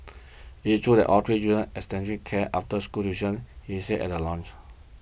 it's true that all three children had kid after school tuition he said at the launch